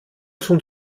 tun